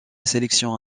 sélection